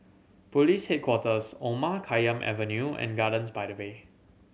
Police Headquarters Omar Khayyam Avenue and Gardens by the Bay